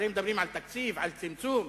הרי מדברים על תקציב, על צמצום,